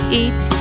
eat